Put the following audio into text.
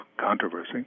controversy